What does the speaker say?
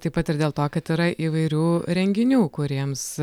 taip pat ir dėl to kad yra įvairių renginių kuriems